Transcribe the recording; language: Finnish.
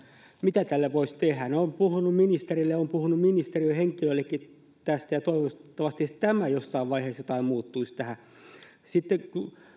mitä tälle voisi tehdä he ovat puhuneet ministerille ovat puhuneet ministeriön henkilöillekin tästä ja toivottavasti edes tämä jossain vaiheessa jotenkin muuttuisi tästä sitten kun ajatellaan